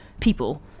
people